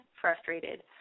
frustrated